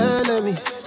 enemies